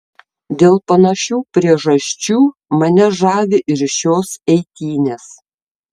dėl panašių priežasčių mane žavi ir šios eitynės